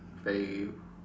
very